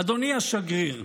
אדוני השגריר,